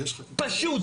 פשוט,